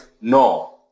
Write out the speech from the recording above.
no